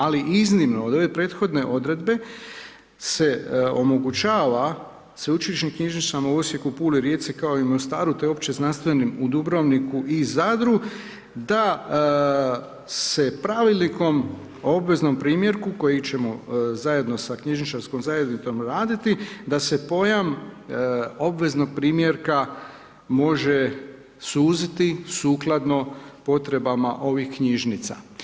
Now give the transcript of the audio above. Ali iznimno od ove prethodne odredbe se omogućava sveučilišnim knjižnicama u Osijeku, Puli, Rijeci kao i u Mostaru te opće znanstvenim u Dubrovniku i Zadru da se pravilnikom o obveznom primjerku koji ćemo zajedno sa knjižničarskom zajednicom raditi da se pojam obveznog primjerka može suziti sukladno potrebama ovih knjižnica.